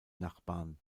nachbarn